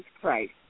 Christ